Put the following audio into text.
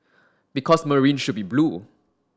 because Marine should be blue